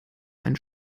ein